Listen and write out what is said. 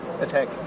attack